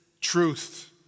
truth